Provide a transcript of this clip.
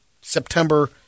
september